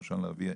ה-1.4.23.